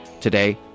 Today